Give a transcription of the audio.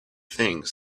things